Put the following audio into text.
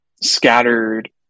scattered